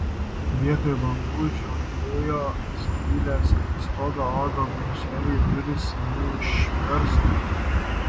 vietoj langų žiojėjo skylės ant stogo augo berželiai durys seniai išverstos